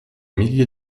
milliers